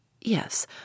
Yes